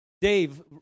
Dave